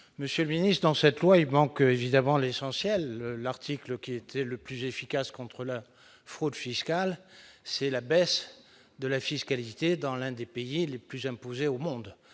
Monsieur le ministre, dans ce projet de loi, il manque bien évidemment l'essentiel. En effet, la disposition la plus efficace contre la fraude fiscale, c'est la baisse de la fiscalité dans l'un des pays les plus imposés au monde.